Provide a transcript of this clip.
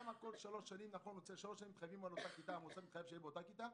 לשלוש שנים מתחייבים שיהיה באותה כיתה.